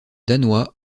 danois